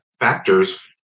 factors